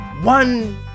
one